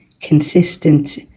consistent